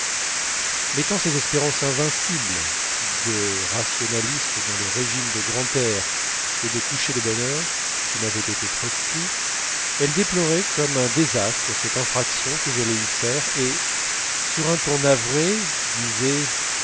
mettant ses espérances invincibles de rationaliste dans le régime de grand air et de coucher de bonne heure qui m'avait été prescrit elle déplorait comme un désastre cette infraction que j'allais y faire et sur un ton navré disait